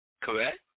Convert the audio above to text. correct